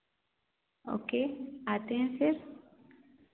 okay आते हैं फिर